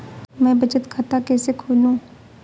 मैं बचत खाता कैसे खोलूँ?